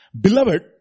Beloved